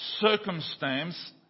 circumstance